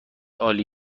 عالی